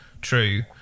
true